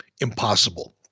impossible